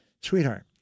sweetheart